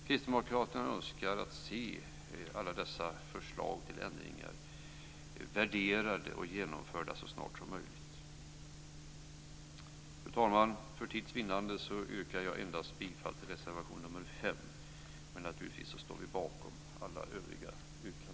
Kristdemokraterna önskar att se alla dessa förslag till ändringar värderade och genomförda så snart som möjligt. Fru talman! För tids vinnande yrkar jag endast bifall till reservation nr 5, men naturligtvis står vi bakom våra övriga yrkanden.